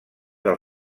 del